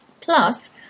Plus